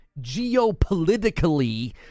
geopolitically